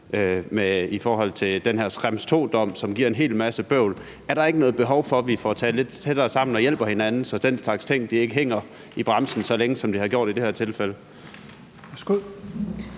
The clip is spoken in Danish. i forhold til den her Schrems II-dom, som giver en hel masse bøvl. Er der ikke et behov for, at vi får talt lidt tættere sammen og hjælper hinanden, så den slags ting ikke er noget, hvor man hænger i bremsen så længe som i det her tilfælde?